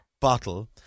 bottle